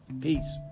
Peace